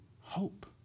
hope